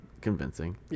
Convincing